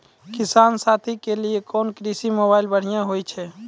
किसान साथी के लिए कोन कृषि मोबाइल बढ़िया होय छै?